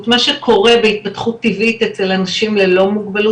מה שקורה בהתפתחות טבעית אצל אנשים ללא מוגבלות